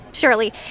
Surely